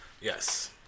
Yes